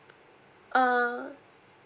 um